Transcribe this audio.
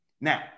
Now